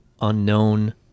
unknown